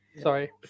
Sorry